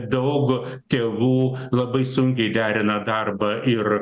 daug tėvų labai sunkiai derina darbą ir